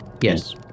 Yes